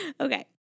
Okay